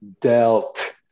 dealt